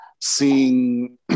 seeing